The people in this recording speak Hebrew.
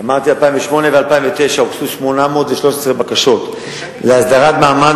אמרתי שב-2008 וב-2009 הוגשו 813 בקשות להסדרת מעמד,